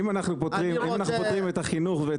אם אנחנו פותרים את החינוך ואת התעסוקה,